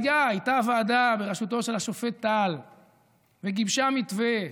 הייתה ועדה בראשותו של השופט טל והיא גיבשה מתווה,